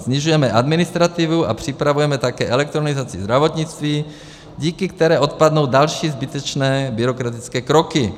Snižujeme administrativu a připravujeme také elektronizaci zdravotnictví, díky které odpadnou další zbytečné byrokratické kroky.